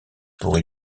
pour